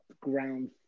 ground